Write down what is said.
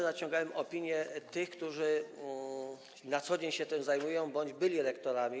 Zasięgałem także opinii tych, którzy na co dzień się tym zajmują bądź byli rektorami.